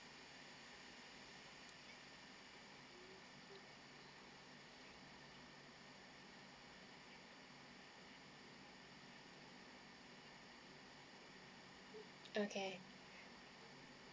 okay